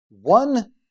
one